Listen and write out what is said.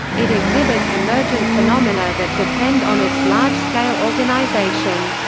it exhibits emergent phenomena that depend on its large-scale organization.